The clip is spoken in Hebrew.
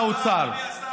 חינם,